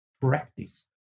practice